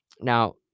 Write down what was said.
Now